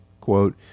Quote